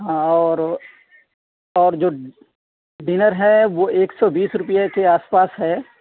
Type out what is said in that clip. ہاں اور اور جو ڈنر ہے وہ ایک سو بیس روپیہ کے آس پاس ہے